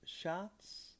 shots